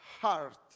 heart